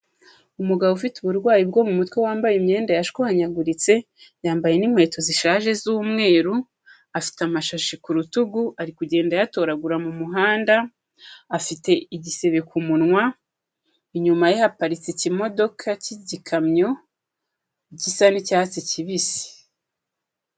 Umugabo ufite uburwayi bwo mu mutwe wambaye imyenda yashwanyaguritse, yambaye n'inkweto zishaje z'umweru, afite amashashi ku rutugu ari kugenda ayatoragura mu muhanda, afite igisebe ku munwa, inyuma ye haparitse ikimodoka cy'igikamyo, gisa n'icyatsi kibisi.